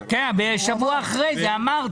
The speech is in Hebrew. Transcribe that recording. כן, שבוע אחרי זה, אמרתי.